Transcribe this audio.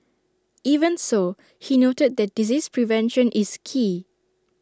even so he noted that disease prevention is key